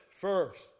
first